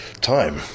time